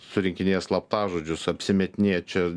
surinkinėja slaptažodžius apsimetinėja čia